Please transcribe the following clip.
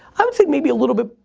i would say maybe a little bit,